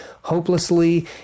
hopelessly